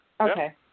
Okay